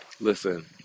Listen